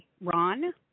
Ron